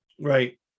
Right